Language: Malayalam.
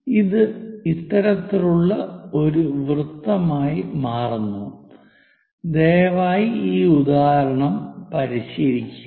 ഇത് ഇത്തരത്തിലുള്ള വൃത്ത മായി മാറുന്നു ദയവായി ഈ ഉദാഹരണം പരിശീലിക്കുക